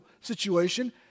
situation